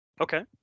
Okay